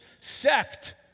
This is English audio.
sect